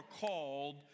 called